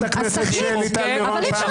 חברת הכנסת שלי טל מירון, אני קורא אותך